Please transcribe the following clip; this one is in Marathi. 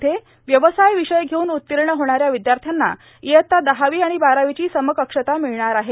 मध्ये व्यवसाय विषय घेऊन उत्तीर्ण श्रोणाऱ्या विद्यार्थ्यांना इयत्ता दहावी आणि वारावीची समकक्षता मिळणार आहे